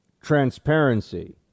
transparency